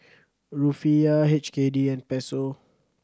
Rufiyaa H K D and Peso